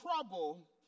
trouble